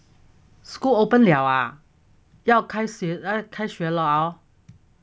school open 了啊要开要开学了